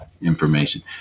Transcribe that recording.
Information